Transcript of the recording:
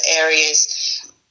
areas